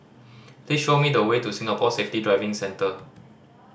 please show me the way to Singapore Safety Driving Center